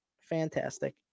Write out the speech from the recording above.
Fantastic